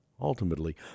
Ultimately